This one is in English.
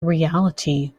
reality